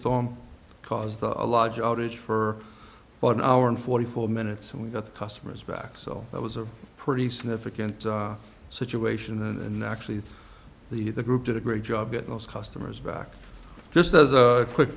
storm caused a large outage for about an hour and forty four minutes and we got the customers back so that was a pretty significant situation and actually the the group did a great job it was customers back just as a quick